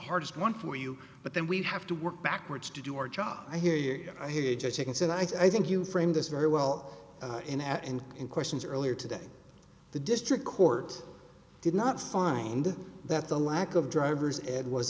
hardest one for you but then we have to work backwards to do our job i hear you i hear you just said i think you framed this very well in at and in questions earlier today the district court did not find that the lack of driver's ed was